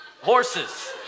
horses